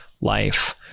Life